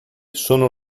sono